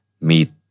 meet